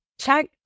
Check